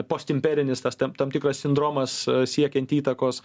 postimperinis tas ta tam tikras sindromas siekiant įtakos